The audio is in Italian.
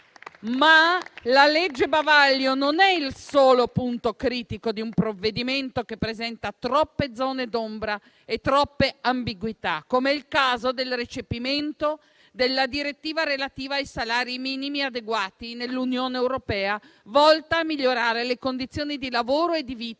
La legge bavaglio non è però il solo punto critico di un provvedimento che presenta troppe zone d'ombra e troppe ambiguità, come è il caso del recepimento della direttiva relativa ai salari minimi adeguati nell'Unione europea, volta a migliorare le condizioni di lavoro e di vita